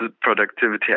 productivity